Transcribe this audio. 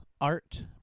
art